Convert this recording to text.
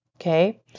Okay